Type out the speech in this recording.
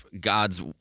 God's